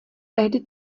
tehdy